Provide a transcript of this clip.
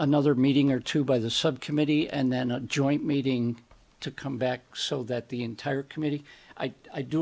another meeting or two by the subcommittee and then a joint meeting to come back so that the entire committee i do